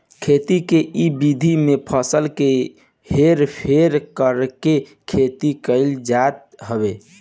खेती के इ विधि में फसल के हेर फेर करके खेती कईल जात हवे